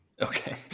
Okay